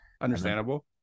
Understandable